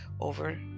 over